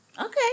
Okay